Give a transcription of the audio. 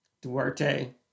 Duarte